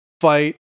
fight